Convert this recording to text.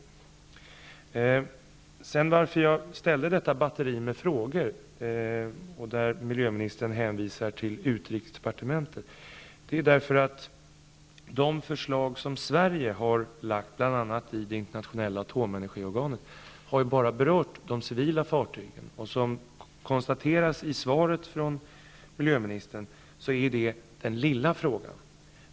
Anledningen till att jag ställde detta batteri av frågor, där miljöministern hänvisade till utrikesdepartementet, var att de förslag som Sverige har lagt fram, bl.a. i Internationella atomenergiorganet, har berört bara de civila fartygen. Som konstateras i svaret från miljöministern är det den lilla frågan.